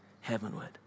heavenward